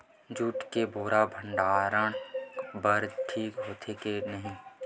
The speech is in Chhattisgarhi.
जूट के बोरा भंडारण बर ठीक होथे के नहीं?